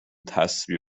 تسبیح